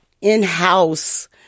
in-house